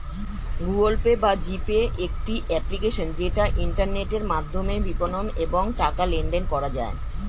Google Pay বা G Pay একটি application যেটা ইন্টারনেটের মাধ্যমে বিপণন এবং টাকা লেনদেন করা যায়